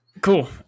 Cool